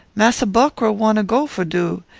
massa buckra wanna go for doo,